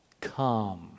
come